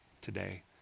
today